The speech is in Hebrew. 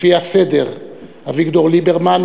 לפי הסדר: אביגדור ליברמן,